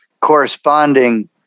Corresponding